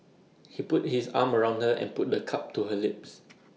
he put his arm around her and put the cup to her lips